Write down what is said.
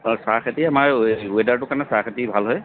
হয় চাহখেতি আমাৰ ৱেডাৰটোৰ কাৰণে চাহ খেতি ভাল হয়